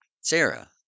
Sarah